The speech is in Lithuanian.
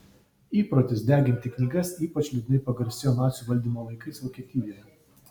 įprotis deginti knygas ypač liūdnai pagarsėjo nacių valdymo laikais vokietijoje